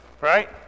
right